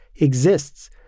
exists